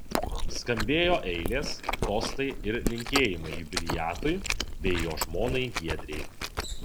skambėjo eilės tostai ir linkėjimai jubiliatui bei jo žmonai giedrei